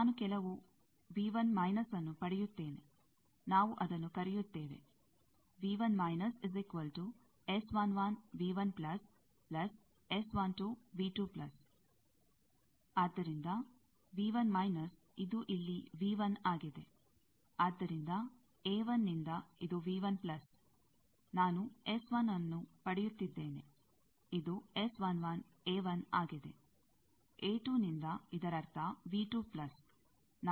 ಇದರಿಂದಾಗಿ ನಾನು ಕೆಲವು ನ್ನು ಪಡೆಯುತ್ತೇನೆ ನಾವು ಅದನ್ನು ಕರೆಯುತ್ತೇವೆ ಆದ್ದರಿಂದ ಇದು ಇಲ್ಲಿ ಆಗಿದೆ ಆದ್ದರಿಂದ ನಿಂದ ಇದು ನಾನು ನ್ನು ಪಡೆಯುತ್ತಿದ್ದೇನೆ ಇದು ಆಗಿದೆ ನಿಂದ ಇದರರ್ಥ ನಾನು ನ್ನು ಪಡೆಯುತ್ತಿದ್ದೇನೆ